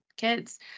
Kids